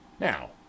Now